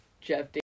Jeff